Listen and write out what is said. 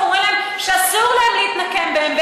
ואנחנו אומרים להם שאסור להם להתנקם בהם,